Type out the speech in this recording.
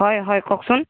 হয় হয় কওকচোন